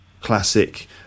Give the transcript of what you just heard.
classic